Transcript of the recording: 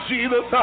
Jesus